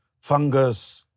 fungus